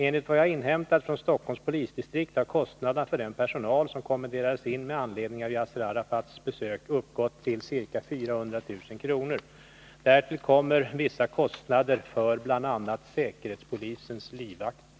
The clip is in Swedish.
Enligt vad jag har inhämtat från Stockholms polisdistrikt har kostnaderna för den personal som kommenderades in med anledning av Yasser Arafats besök uppgått till ca 400 000 kr. Därtill kommer vissa kostnader för bl.a. säkerhetspolisens livvakter.